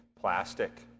plastic